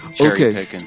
okay